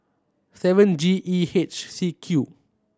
seven G E H C Q